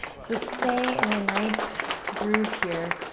so stay in a nice groove here,